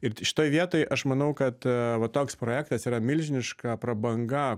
ir šitoj vietoj aš manau kad va toks projektas yra milžiniška prabanga